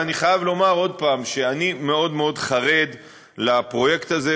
ואני חייב לומר עוד פעם שאני מאוד מאוד חרד לפרויקט הזה,